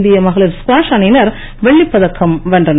இந்திய மகளிர் ஸ்குவாஷ் அணியினர் வெள்ளிப் பதக்கம் வென்றனர்